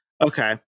Okay